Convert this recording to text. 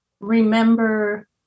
remember